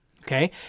okay